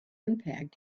impact